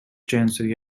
chancery